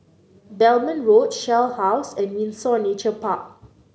Belmont Road Shell House and Windsor Nature Park